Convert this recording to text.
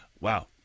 Wow